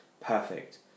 perfect